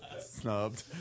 Snubbed